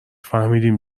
فهمیدم